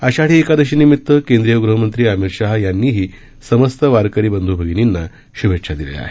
आषाढी एकादशीनिमित केंद्रीय गृहमंत्री अमित शहा यांनीही समस्त वारकरी बंधू भगिनींना श्भेच्छा दिल्या आहेत